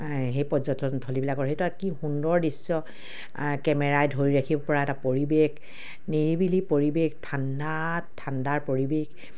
সেই পৰ্যটনস্থলীবিলাকৰ সেইটো কি সুন্দৰ দৃশ্য কেমেৰাই ধৰি ৰাখিব পৰা এটা পৰিৱেশ নিৰিবিলি পৰিৱেশ ঠাণ্ডাত ঠাণ্ডাৰ পৰিৱেশ